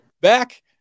back